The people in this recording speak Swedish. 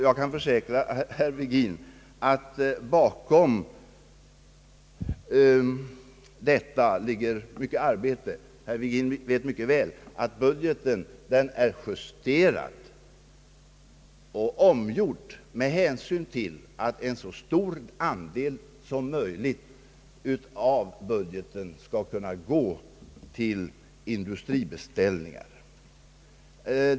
Jag kan försäkra herr Virgin att det ligger mycket arbete bakom detta. Han vet också mycket väl att budgeten är justerad och omgjord med hänsyn till att en så stor andel som möjligt av densamma skall gå till industribeställningar.